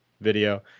video